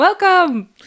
Welcome